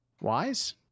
wise